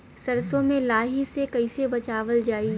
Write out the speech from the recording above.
सरसो में लाही से कईसे बचावल जाई?